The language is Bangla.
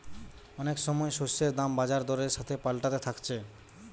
অনেক সময় শস্যের দাম বাজার দরের সাথে পাল্টাতে থাকছে